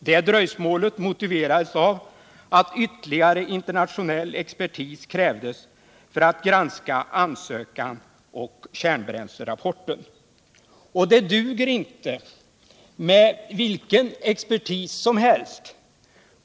Det dröjsmålet motiverades av att ytterligare internationell expertis krävdes för att granska ansökan och kärnbränslerapporten. Och det duger inte med vilken expertis som helst.